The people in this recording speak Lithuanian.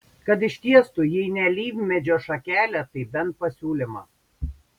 kad ištiestų jei ne alyvmedžio šakelę tai bent pasiūlymą